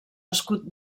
escut